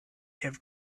have